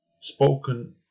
Spoken